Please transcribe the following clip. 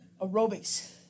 aerobics